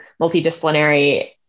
multidisciplinary